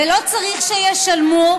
ולא צריך שישלמו,